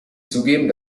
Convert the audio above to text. zugeben